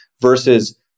versus